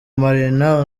marina